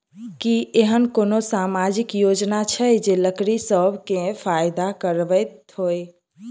की एहेन कोनो सामाजिक योजना छै जे लड़की सब केँ फैदा कराबैत होइ?